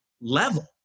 level